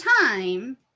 time